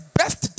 best